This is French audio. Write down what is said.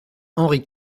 henri